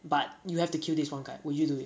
but you have to kill this one guy will you do it